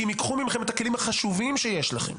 כי אם ייקחו מכם את הכלים החשובים שיש לכם,